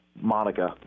Monica